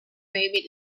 baby